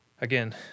again